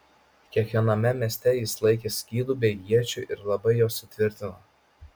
kiekviename mieste jis laikė skydų bei iečių ir labai juos sutvirtino